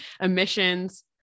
emissions